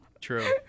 True